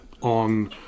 on